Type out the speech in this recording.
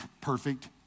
perfect